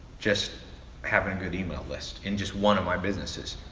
just having a good email list in just one of my businesses.